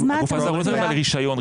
אנחנו לא מדברים על רישיון.